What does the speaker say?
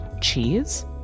cheese